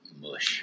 mush